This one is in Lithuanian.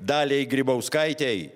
daliai grybauskaitei